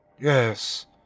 Yes